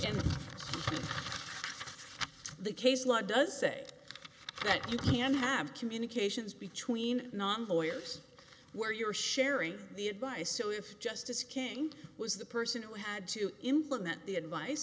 the case law does say that you can have communications between non boyer's where you're sharing the advice so if justice king was the person who had to implement the advice